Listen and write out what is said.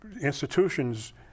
institutions